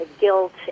guilt